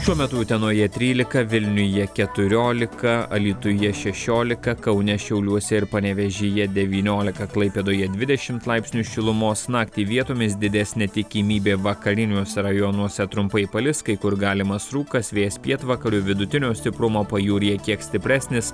šiuo metu utenoje trylika vilniuje keturiolika alytuje šešiolika kaune šiauliuose ir panevėžyje devyniolika klaipėdoje dvidešimt laipsnių šilumos naktį vietomis didesnė tikimybė vakariniuose rajonuose trumpai palis kai kur galimas rūkas vėjas pietvakarių vidutinio stiprumo pajūryje kiek stipresnis